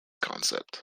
concept